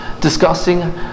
discussing